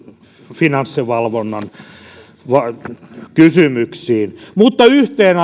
finanssivalvonnan kysymyksiin mutta yhteen